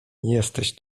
jesteś